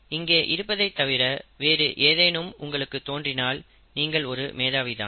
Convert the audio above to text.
இங்கே இருப்பதைத் தவிர வேறு ஏதேனும் உங்களுக்கு தோன்றினால் நீங்கள் ஒரு மேதாவி தான்